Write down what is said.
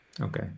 okay